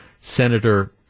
Senator